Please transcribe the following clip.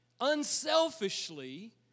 unselfishly